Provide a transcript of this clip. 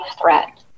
threat